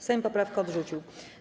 Sejm poprawkę odrzucił.